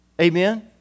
Amen